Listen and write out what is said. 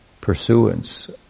pursuance